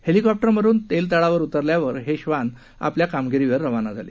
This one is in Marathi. हॅलिकॉप्टरमधून तेल तळावर उतरल्यावर हे ब्वान आपल्या कामगिरीवर रवाना झाले